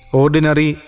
Ordinary